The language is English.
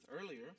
Earlier